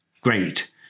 great